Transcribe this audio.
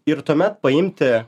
ir tuomet paimti